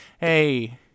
Hey